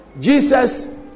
Jesus